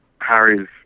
Harry's